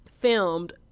filmed